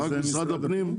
זה רק משרד הפנים?